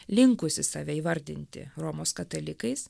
linkusi save įvardinti romos katalikais